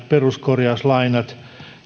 peruskorjauslainat